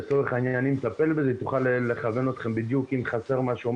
היא תוכל לכוון אתכם בדיוק אם חסר משהו,